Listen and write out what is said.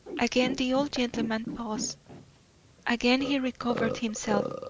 again the old gentleman paused again he recovered himself,